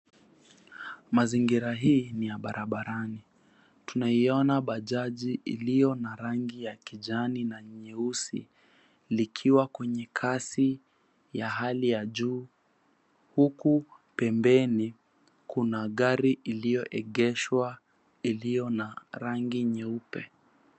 Mazingira hii ni ya barabarani. Tunaiona bajaji iliyo na rangi ya kijani na nyeusi likiwa kwenye kasi ya hali ya juu, huku pembeni kuna gari iliyoegeshwa iliyo na rangi nyeupe.